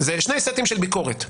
זה שני סטים של ביקורת,